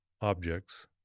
Objects